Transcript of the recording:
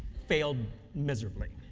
failed miserably.